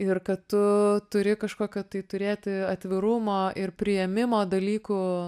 ir kad tu turi kažkokio tai turėti atvirumo ir priėmimo dalykų